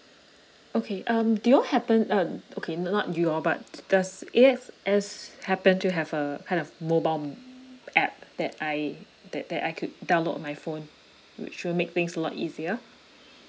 okay um do you happen uh okay not you all but does A_X_S happen to have uh kind of mobile app that I that that I could download on my phone which will make things a lot easier